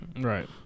Right